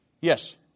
Yes